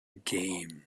game